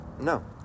No